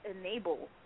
enable